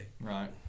right